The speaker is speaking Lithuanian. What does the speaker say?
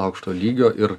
aukšto lygio ir